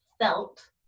felt